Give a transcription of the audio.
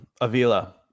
Avila